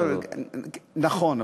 נכון,